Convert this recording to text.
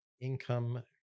income